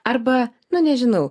arba na nežinau